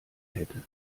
hätte